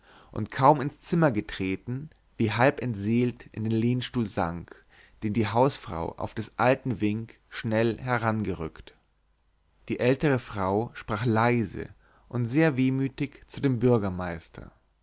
und kaum ins zimmer getreten wie halb entseelt in den lehnstuhl sank den die hausfrau auf des alten wink schnell herangerückt die ältere frau sprach leise und sehr wehmütig zu dem bürgermeister